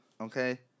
Okay